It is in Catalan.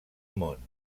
món